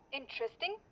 interesting.